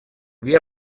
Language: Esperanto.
via